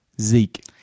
Zeke